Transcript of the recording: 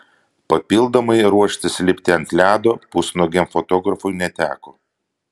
papildomai ruoštis lipti ant ledo pusnuogiam fotografui neteko